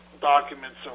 documents